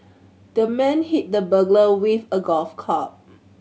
the man hit the burglar with a golf club